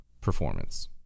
performance